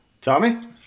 Tommy